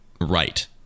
right